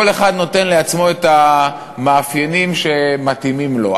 כל אחד נותן לעצמו את המאפיינים שמתאימים לו,